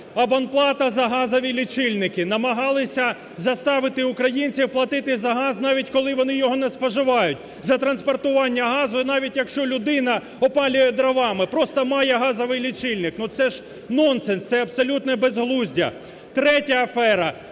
Абонплата за газові лічильники. Намагалися заставити українців платити за газ, навіть коли вони його не споживають, за транспортування газу і навіть, якщо людина опалює дровами, просто має газовий лічильник. Ну це ж нонсенс. Це абсолютне безглуздя. Третя афера.